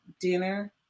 dinner